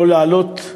לא להעלות.